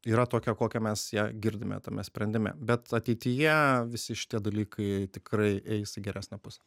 yra tokia kokią mes ją girdime tame sprendime bet ateityje visi šitie dalykai tikrai eis į geresnę pusę